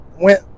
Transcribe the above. went